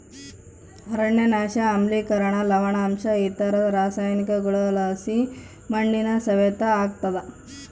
ಅರಣ್ಯನಾಶ ಆಮ್ಲಿಕರಣ ಲವಣಾಂಶ ಇತರ ರಾಸಾಯನಿಕಗುಳುಲಾಸಿ ಮಣ್ಣಿನ ಸವೆತ ಆಗ್ತಾದ